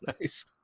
nice